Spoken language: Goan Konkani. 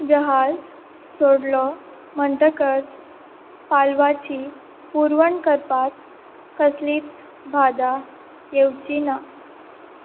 जहाज सोडलो म्हणटकच पालवाची पुरवण करपाक कसलींच भादां येवचीं ना